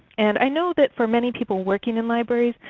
and i know that for many people working in libraries,